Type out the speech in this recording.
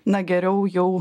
na geriau jau